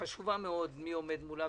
חשוב מאוד מי עומד מול המציאות הזאת.